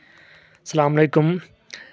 السلام علیکُم